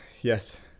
yes